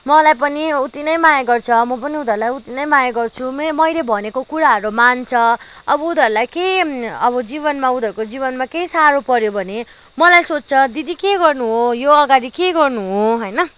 मलाई पनि उत्ति नै माया गर्छ म पनि उनीहरूलाई उत्ति नै माया गर्छु मैले भनेको कुराहरू मान्छ अब उनीहरूलाई के अब जीवनमा उनीहरूको जीवनमा केही साह्रो पऱ्यो भने मलाई सोध्छ दिदी के गर्नु हो यो अगाडि के गर्नु हो होइन